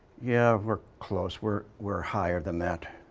yeah, we're close. we're we're higher than that,